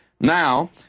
Now